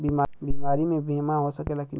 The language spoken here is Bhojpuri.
बीमारी मे बीमा हो सकेला कि ना?